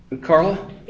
Carla